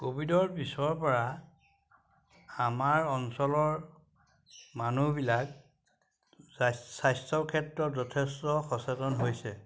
ক'ভিডৰ পিছৰপৰা আমাৰ অঞ্চলৰ মানুহবিলাক স্বাস্থ্যৰ ক্ষেত্ৰত যথেষ্ট সচেতন হৈছে